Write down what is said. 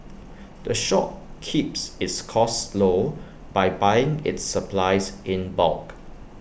the shop keeps its costs low by buying its supplies in bulk